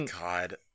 God